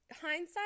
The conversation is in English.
hindsight